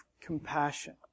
compassion